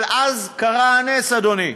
אבל אז קרה הנס, אדוני.